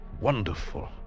wonderful